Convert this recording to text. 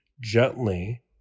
gently